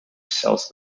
south